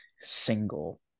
single